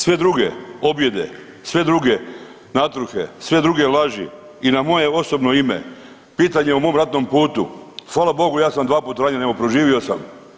Sve druge objede, sve druge natruhe, sve druge laži i na moje osobno ime, pitanje o mom ratnom putu, hvala Bogu ja sam dva put ranjen evo preživio sam.